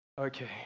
Okay